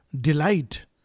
delight